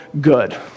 good